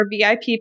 VIP